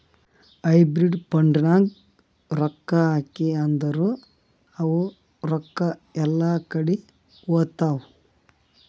hybrid ಫಂಡ್ನಾಗ್ ರೊಕ್ಕಾ ಹಾಕಿ ಅಂದುರ್ ಅವು ರೊಕ್ಕಾ ಎಲ್ಲಾ ಕಡಿ ಹೋತ್ತಾವ್